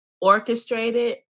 orchestrated